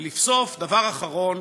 ולבסוף, דבר אחרון,